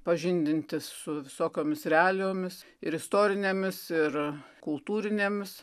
pažindintis su visokiomis realijomis ir istorinėmis ir kultūrinėmis